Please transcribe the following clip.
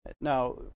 Now